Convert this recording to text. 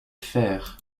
fer